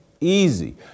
easy